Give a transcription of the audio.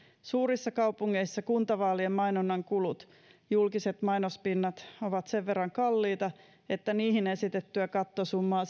suurissa kaupungeissa kuntavaalien mainonnan kulut ja julkiset mainospinnat ovat sen verran kalliita että niihin esitettyä kattosummaa